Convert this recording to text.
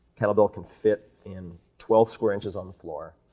kettlebell can fit in twelve square inches on the floor,